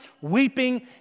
weeping